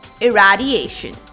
irradiation